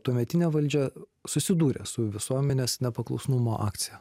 tuometinė valdžia susidūrė su visuomenės nepaklusnumo akcija